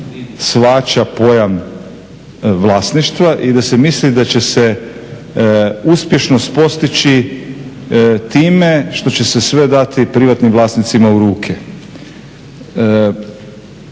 shvaća pojam vlasništva i da se misli da će se uspješnost postići time što će se sve dati privatnim vlasnicima u ruke.